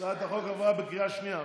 הצעת החוק עברה בקריאה שנייה.